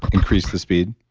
increase the speed?